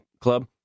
club